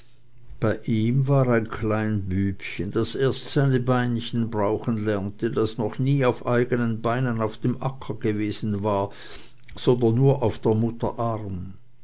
bei ihm war ein klein bübchen das erst seine beinchen brauchen lernte das nie noch auf eigenen beinen auf dem acker gewesen war sondern nur auf der mutter arm